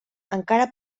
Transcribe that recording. encara